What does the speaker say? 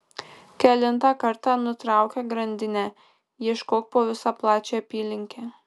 kelintą kartą nutraukia grandinę ieškok po visą plačią apylinkę